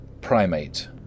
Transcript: Primate